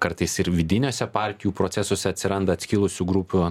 kartais ir vidiniuose partijų procesuose atsiranda atskilusių grupių